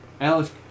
Alex